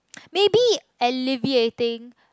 maybe alleviating